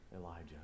Elijah